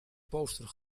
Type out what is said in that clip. poster